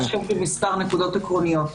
אני רוצה להשלים מספר נקודות עקרוניות.